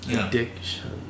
Addiction